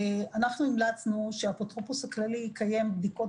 הצענו שהאפוטרופוס הכללי יקיים בדיקות